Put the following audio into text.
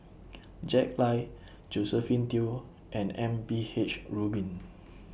Jack Lai Josephine Teo and M P H Rubin